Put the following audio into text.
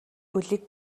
улиг